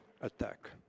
attack